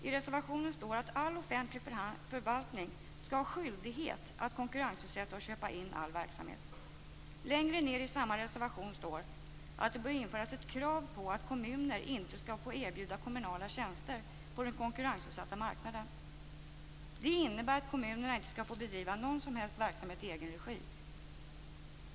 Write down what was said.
I reservationen står att all offentlig förvaltning skall ha skyldighet att konkurrensutsätta och köpa in all verksamhet. Längre ned i samma reservation står att det bör införas ett krav på att kommuner inte skall få erbjuda kommunala tjänster på den konkurrensutsatta marknaden. Det innebär att kommunerna inte skall få bedriva någon som helst verksamhet i egen regi.